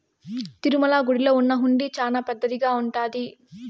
తిరుమల గుడిలో ఉన్న హుండీ చానా పెద్దదిగా ఉంటాది